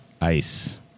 ice-